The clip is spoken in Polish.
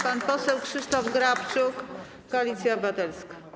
Pan poseł Krzysztof Grabczuk, Koalicja Obywatelska.